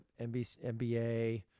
NBA